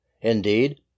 Indeed